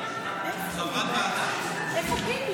לקריאה הראשונה.